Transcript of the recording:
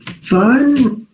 fun